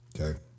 Okay